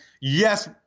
yes